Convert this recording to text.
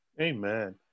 Amen